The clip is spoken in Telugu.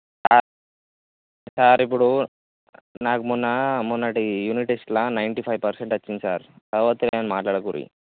సార్ ఇప్పుడు నాకు మొన్న మొన్నటి యూనిట్ టెస్టులో నైంటీ ఫైవ్ పర్సెంట్ వచ్చింది సార్ కాకపోతే ఏమి మాట్లాడకుర్రి